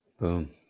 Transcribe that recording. Boom